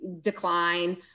decline